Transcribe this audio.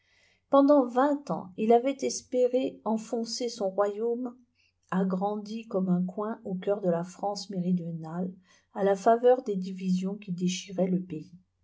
pendant vingt ans il avait espéré enfoncer son royaume agrandi comme un coin au cœur de la france méridionale à la faveur des divisions qui déchiraient le pays